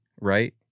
right